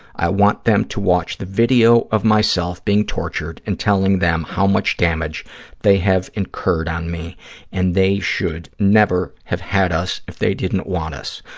i want them to watch the video of myself being tortured and telling them how much damage they have incurred on me and they should never have had us if they didn't want us.